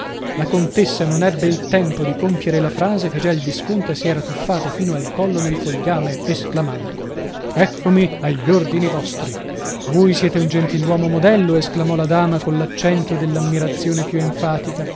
la contessa non ebbe tempo di compiere la frase che già il visconte si era tuffato fino al collo nel fogliame esclamando eccomi agli ordini vostri voi siete un gentiluomo modello esclamò la dama coll'accento della ammirazione più enfatica